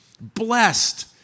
Blessed